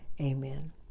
Amen